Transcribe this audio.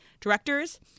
directors